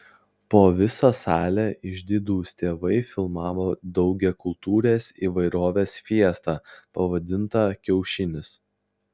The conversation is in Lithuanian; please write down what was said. po visą salę išdidūs tėvai filmavo daugiakultūrės įvairovės fiestą pavadintą kiaušinis